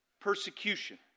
persecution